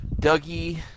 Dougie